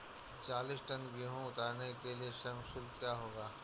चालीस टन गेहूँ उतारने के लिए श्रम शुल्क क्या होगा?